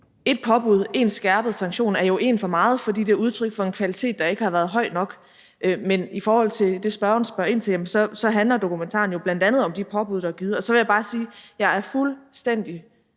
Ét påbud og én skærpet sanktion er jo en for meget, fordi det er udtryk for en kvalitet, der ikke har været høj nok. Men i forhold til det, som spørgeren spørger ind til, handler dokumentaren jo bl.a. om de påbud, der er givet. Så vil jeg bare sige, at jeg er fuldstændig